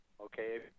Okay